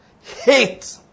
hate